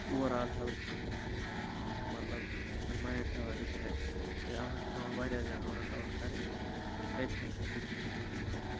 overall health مطلب mind تھاوان refresh کہِ اَتھ منٛز چھُ پیوان واریاہ زیادٕ ؤرٕک اَوُٹ کَرٕنۍ اَتہِ ہٮ۪کھ ژٕ کیٚنہہ چیٖز کٔرِتھ